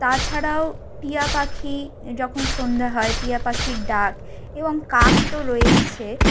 তাছাড়াও টিয়া পাখি যখন সন্ধ্যে হয় টিয়া পাখির ডাক এবং কাক তো রয়েইছে